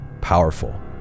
powerful